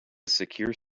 secure